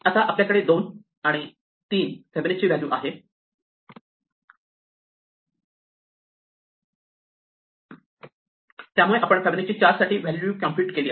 आता आपल्याकडे 2 आणि 3 फिबोनाची व्हॅल्यू आहे त्यामुळे आपण फिबोनाची 4 साठी व्हॅल्यू कॉम्प्युट केली आहे